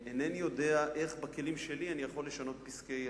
אינני יודע איך בכלים שלי אני יכול לשנות פסקי הלכה.